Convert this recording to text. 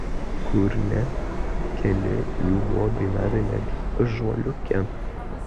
kur ne keli jų buvo dainavę netgi ąžuoliuke